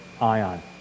ion